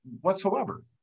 whatsoever